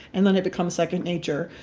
and then it becomes second nature.